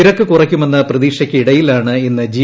നിരക്ക് കുറയ്ക്കുമെന്ന പ്രതീക്ഷയ്ക്കിടയിലാണ് ഇന്ന് ജി